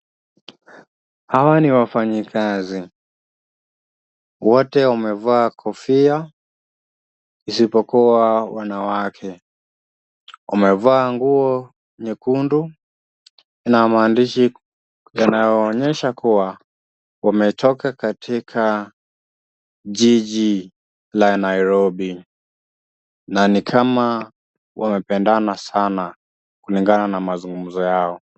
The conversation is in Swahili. Hawa ni wafanyikazi. Wote wamevaa kofia isipokuwa wanawake, wamevaa nguo nyekundu na maandishi yanayoonyesha kuwa wametoka katika jiji la Nairobi. Na ni kama wamependana sana kulingana na mazungumzo yao.